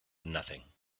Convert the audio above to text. nothing